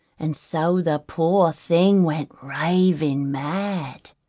and so the poor thing went raving mad.